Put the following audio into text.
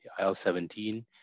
IL-17